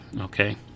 okay